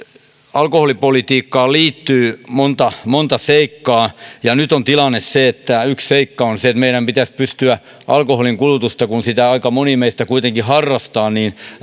alkoholipolitiikkaan liittyy monta monta seikkaa ja nyt on tilanne se että yksi seikka on se että meidän pitäisi pystyä alkoholin kulutusta kun sitä aika moni meistä kuitenkin harrastaa